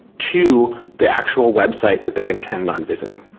to the actual website that they intend on visiting.